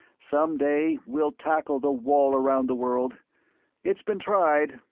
some day we'll tackle the wall around the world it's been tried,